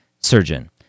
surgeon